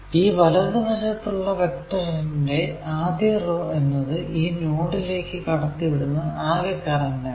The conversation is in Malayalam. ഈ വലതു വശത്തുള്ള വെക്ടറിന്റെ ആദ്യ റോ എന്നത് ഈ നോഡിലേക്കു കടത്തിവിടുന്ന ആകെ കറന്റ് ആണ്